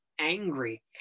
angry